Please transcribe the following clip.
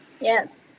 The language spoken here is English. Yes